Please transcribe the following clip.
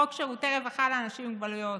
חוק שירותי רווחה לאנשים עם מוגבלויות.